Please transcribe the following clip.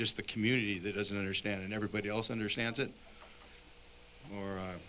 just the community that isn't understand and everybody else understands it or